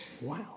Wow